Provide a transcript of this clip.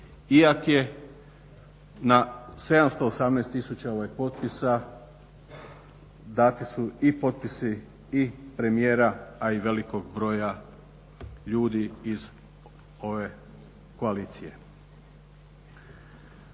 ako je na 718 tisuća potpisa dati su i potpisi i premijera, a i velikog broja ljudi iz ove koalicije.